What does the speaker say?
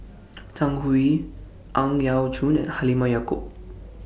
Zhang Hui Ang Yau Choon and Halimah Yacob